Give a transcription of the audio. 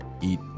eat